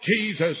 Jesus